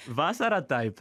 vasarą taip